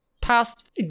past